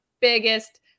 biggest